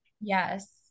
Yes